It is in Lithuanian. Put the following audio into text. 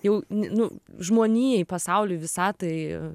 jau n nu žmonijai pasauliui visatai